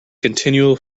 continual